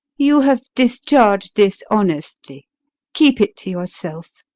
you have discharg'd this honestly keep it to yourself.